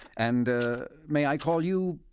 and may i call you.